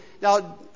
Now